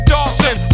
Dawson